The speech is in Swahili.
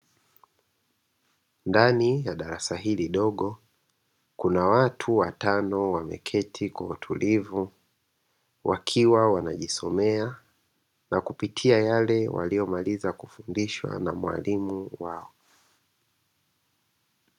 Ndani ya darasa hili dogo kuna watu watano, wameketi kwa utulivu wakiwa wanajisomea na kupitia yale waliyomaliza kufundishwa na mwalimu wao.